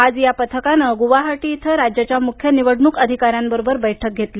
आज या पथकानं गुवाहाटी इथं राज्याच्या मुख्य निवडणूक अधिकाऱ्यांबरोबर बैठक घेतली